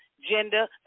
gender